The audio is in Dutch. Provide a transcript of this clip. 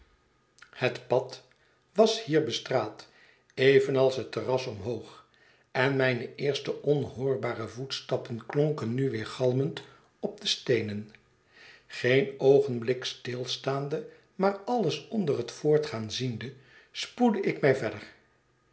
het pad was hier bestraat evenals het terras omhoog en mijne eerste onhoorbare voetstappen klonken nu weergalmend op de steenen geen oogenblik stilstaande maar alles onder het voortgaan ziende spoedde ik mij verder